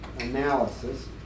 analysis